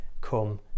come